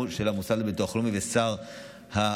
של המוסד לביטוח לאומי ושר העבודה,